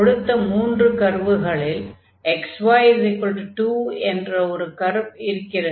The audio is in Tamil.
கொடுத்த முன்று கர்வுகளில் xy2 என்ற ஒரு கர்வு இருக்கிறது